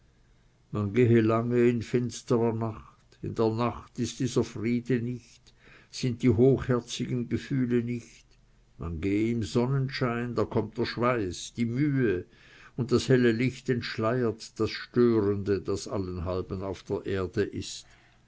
man gehe lange in finsterer nacht in der nacht ist dieser friede nicht sind die hochherzigen gefühle nicht man gehe im sonnenschein da kommt der schweiß die mühe und das helle licht entschleiert das störende was allenthalben auf der erde ist